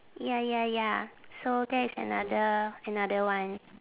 ya ya ya so that's another another one